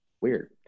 weird